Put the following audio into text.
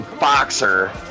boxer